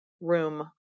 room